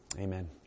amen